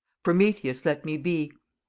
prometheus let me be,